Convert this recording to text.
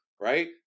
right